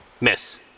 miss